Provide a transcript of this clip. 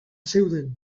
zeuden